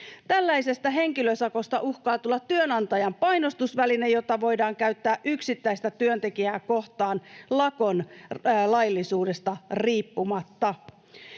Tällaisesta henkilösakosta uhkaa tulla työnantajan painostusväline, jota voidaan käyttää yksittäistä työntekijää kohtaan lakon laillisuudesta riippumatta.